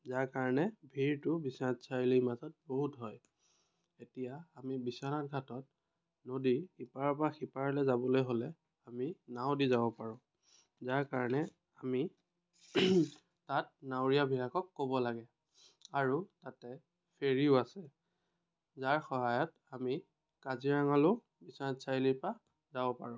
যাৰ কাৰণে ভিৰটো বিশ্বনাথ চাৰিআলিৰ মাজত বহুত হয় এতিয়া আমি বিশ্বনাথ ঘাটত নদীৰ ইপাৰৰ পৰা সিপাৰলৈ যাবলৈ হ'লে আমি নাও দি যাব পাৰোঁ যাৰ কাৰণে আমি তাত নাৱৰীয়াবিলাকক ক'ব লাগে আৰু তাতে ফেৰিও আছে যাৰ সহায়ত আমি কাজিৰঙালেও বিশ্বনাথ চাৰিআলি পৰা যাব পাৰোঁ